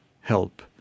help